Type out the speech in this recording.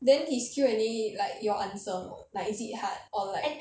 then his Q&A like you all answer like is it hard on like